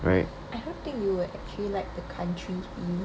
I don't think you'll actually like the country feel